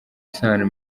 isano